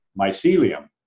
mycelium